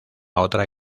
otra